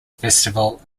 festival